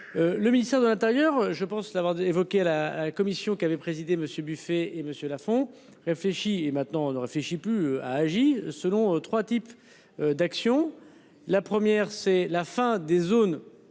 Le ministère de l'intérieur je pense l'avoir évoqué la commission qui avait présidé Monsieur Buffet et monsieur Lafond réfléchi et maintenant on ne réfléchit plus a agi selon 3 types. D'action. La première, c'est la fin des zones